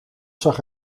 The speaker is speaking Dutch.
zag